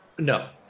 No